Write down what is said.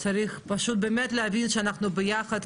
צריך פשוט באמת להבין שאנחנו ביחד.